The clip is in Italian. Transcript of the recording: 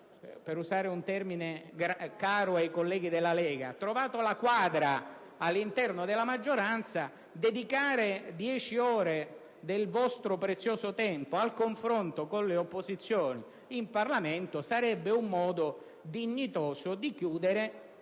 per usare un termine caro ai colleghi della Lega - la quadra all'interno della maggioranza, dedicare dieci ore del vostro prezioso tempo al confronto con le opposizioni in Parlamento sarebbe un modo dignitoso di chiudere